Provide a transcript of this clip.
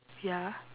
ya